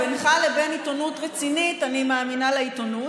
בינך לבין עיתונות רצינית אני מאמינה לעיתונות,